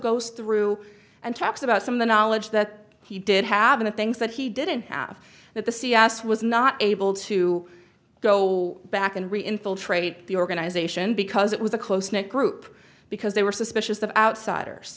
goes through and talks about some of the knowledge that he did have and things that he didn't have that the cia asked was not able to go back and re infiltrate the organization because it was a close knit group because they were suspicious of outsiders